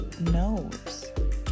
knows